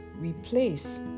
replace